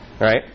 Right